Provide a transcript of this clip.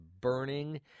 Burning